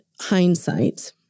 hindsight